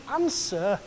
answer